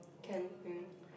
can mm